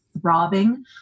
throbbing